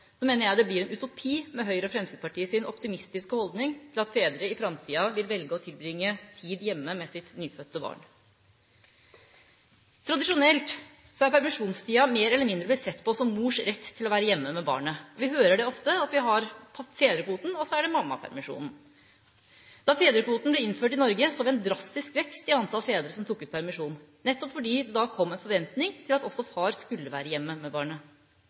mener jeg det blir utopi med Høyre og Fremskrittspartiets optimistiske holdning til at fedre i framtida vil velge å tilbringe tid hjemme med sitt nyfødte barn. Tradisjonelt er permisjonstida mer eller mindre blitt sett på som mors rett til å være hjemme med barnet. Vi hører ofte at vi har fedrekvoten, og så er det mammapermisjonen. Da fedrekvoten ble innført i Norge, så vi en drastisk vekst i antall fedre som tok ut permisjon, nettopp fordi da kom en forventning til at også far skulle være hjemme med barnet,